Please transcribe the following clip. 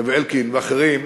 זאב אלקין, ואחרים,